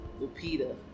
Lupita